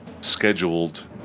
scheduled